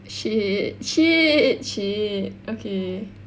shit shit shit okay